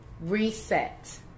reset